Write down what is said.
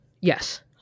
Yes